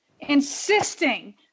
insisting